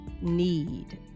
need